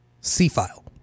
C-File